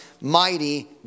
mighty